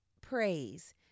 praise